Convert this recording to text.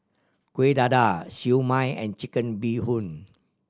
Kuih Dadar Siew Mai and Chicken Bee Hoon